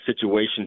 situation